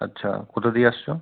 আচ্ছা কোথা দিয়ে আসছো